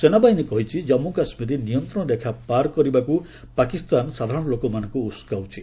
ସେନାବାହିନୀ କହିଛି କମ୍ମୁ କାଶ୍ମୀରରେ ନିୟନ୍ତ୍ରଣ ରେଖା ପାର କରିବାକୁ ପାକିସ୍ତାନ ସାଧାରଣ ଲୋକମାନଙ୍କୁ ଉସ୍କାଉଛି